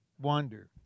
wander